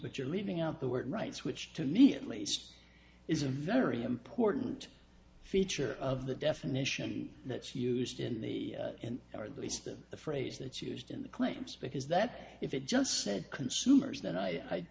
that you're leaving out the word rights which to me at least is a very important feature of the definition that's used in the end or at least i'm the phrase that's used in the claims because that if it just said consumers then i i